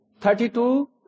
Thirty-two